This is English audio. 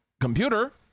computer